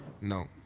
No